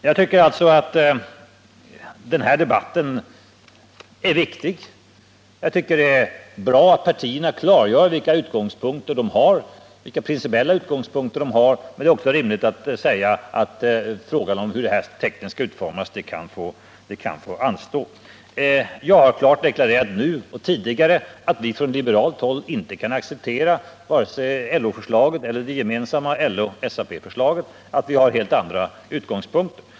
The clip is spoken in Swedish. Jag tycker alltså att denna debatt är viktig. Det är bra att partierna klargör vilka principiella utgångspunkter de har, men det är rimligt att säga att frågan om hur detta tekniskt skall lösas kan få anstå. Jag har nu och även tidigare klart deklarerat att vi från liberalt håll inte kan acceptera vare sig LO-förslaget eller det gemensamma LO/SAP-förslaget utan att vi har helt andra utgångspunkter.